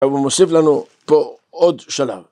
הוא מוסיף לנו פה עוד שלב.